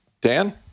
Dan